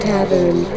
Tavern